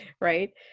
right